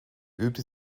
übte